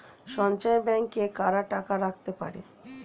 সঞ্চয় ব্যাংকে কারা টাকা রাখতে পারে?